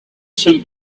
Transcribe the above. some